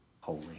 holy